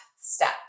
step